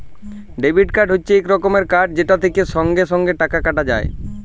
debit card হচ্যে এক রকমের কার্ড যেটা থেক্যে সঙ্গে সঙ্গে টাকা কাটা যায়